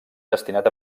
destinat